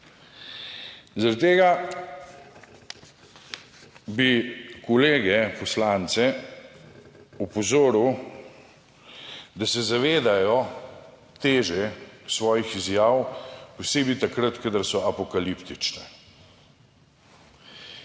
Zaradi tega bi kolege poslance opozoril, da se zavedajo teže svojih izjav, posebej takrat, kadar so apokaliptične.